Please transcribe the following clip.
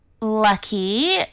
Lucky